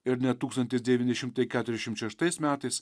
ir net tūkstantis devyni šimtai keturiasdešimt šeštais metais